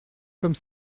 comme